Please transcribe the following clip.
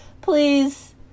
please